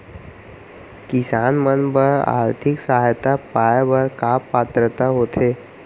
किसान मन बर आर्थिक सहायता पाय बर का पात्रता होथे?